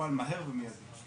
יטופל במהירות ובאופן מידי.